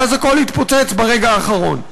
ואז הכול התפוצץ ברגע האחרון.